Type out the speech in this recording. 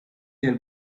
their